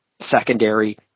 secondary